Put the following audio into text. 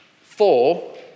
four